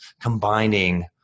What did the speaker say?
combining